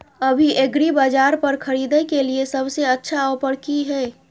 अभी एग्रीबाजार पर खरीदय के लिये सबसे अच्छा ऑफर की हय?